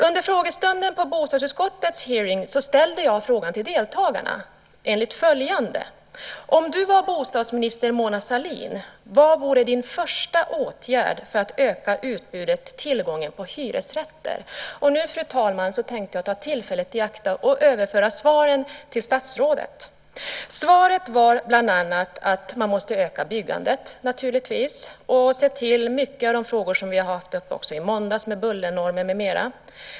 Under frågestunden på bostadsutskottets hearing ställde jag frågan till deltagarna: Om du var bostadsminister Mona Sahlin, vad vore din första åtgärd för att öka utbudet och tillgången på hyresrätter? Nu, fru talman, tänkte jag ta tillfället i akt och överföra svaren till statsrådet. Svaret var bland annat att man måste öka byggandet, naturligtvis, och se till många av de frågor vi hade uppe i måndags om bullernormer med mera.